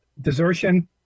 desertion